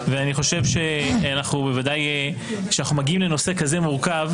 לאור הקרקס שאנחנו ראינו פה,